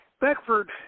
Beckford